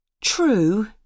True